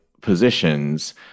positions